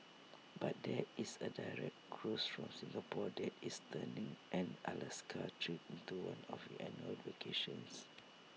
but there is A direct cruise from Singapore that is turning an Alaska trip into one of your annual vacations